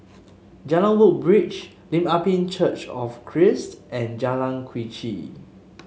Jalan Woodbridge Lim Ah Pin Church of Christ and Jalan Quee Chew